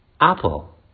apple